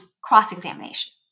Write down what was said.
cross-examination